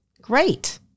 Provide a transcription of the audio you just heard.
Great